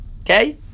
okay